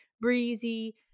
breezy